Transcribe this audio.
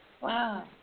Wow